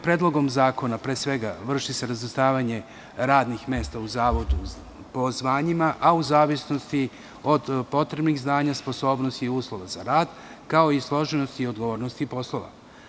Predlogom zakona se vrši razvrstavanje radnih mesta u Zavodu po zvanjima, a u zavisnosti od potrebnih znanja, sposobnosti i uslova za rad, kao i složenosti i odgovornosti poslova.